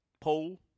poll